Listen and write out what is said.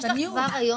כבר היום